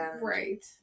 right